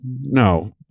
no